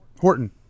Horton